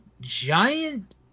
giant